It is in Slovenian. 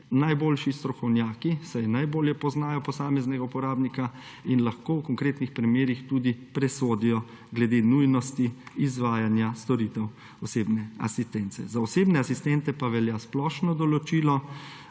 najboljši strokovnjaki, saj najbolje poznajo posameznega uporabnika in lahko v konkretnih primerih tudi presodijo glede nujnosti izvajanja storitev osebne asistence. Za osebne asistente pa velja splošno določilo,